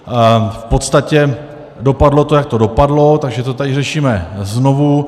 V podstatě to dopadlo, jak to dopadlo, takže to tady řešíme znovu.